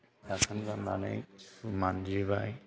दाखोन गारनानै मान्जिबाय